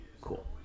Cool